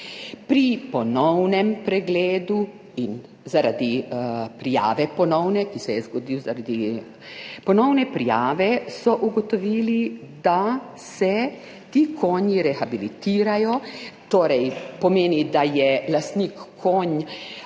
Pri ponovnem pregledu in zaradi prijave, ponovne, ki se je zgodil, zaradi ponovne prijave so ugotovili, da se ti konji rehabilitirajo, torej pomeni, da je lastnik konj